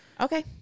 okay